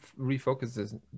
refocuses